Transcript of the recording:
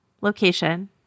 location